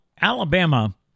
Alabama